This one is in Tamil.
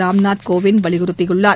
ராம் நாத் கோவிந்த் வலியுறத்தியுள்ளார்